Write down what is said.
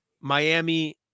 miami